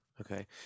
okay